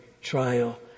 trial